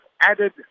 added